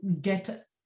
get